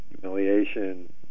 humiliation